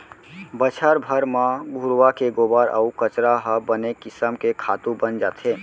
बछर भर म घुरूवा के गोबर अउ कचरा ह बने किसम के खातू बन जाथे